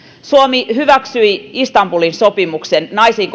suomi hyväksyi istanbulin sopimuksen naisiin